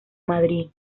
madrid